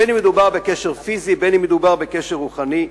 אם מדובר בקשר פיזי ואם מדובר בקשר רוחני,